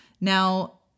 Now